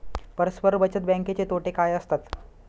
परस्पर बचत बँकेचे तोटे काय असतात?